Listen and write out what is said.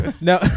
no